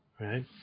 right